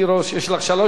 יש לך שלוש דקות,